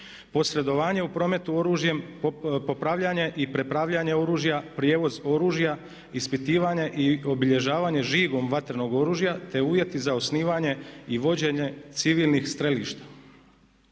posredovanje u prometu oružjem, popravljanje i prepravljanje oružja, prijevoz oružja, ispitivanje i obilježavanje žigom vatrenog oružja te uvjeti za osnivanje i vođenje civilnih strelišta.